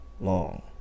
long